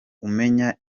umenya